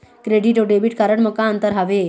Credit अऊ debit card म का अंतर हावे?